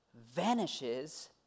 vanishes